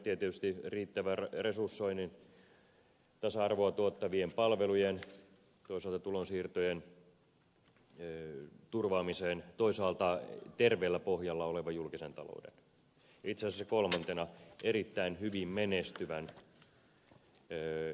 tietysti riittävän resursoinnin tasa arvoa tuottavien palvelujen ja tulonsiirtojen turvaamisen toisaalta terveellä pohjalla olevan julkisen talouden itse asiassa kolmantena erittäin hyvin menestyvän yksityisen talouden